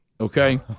Okay